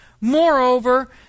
Moreover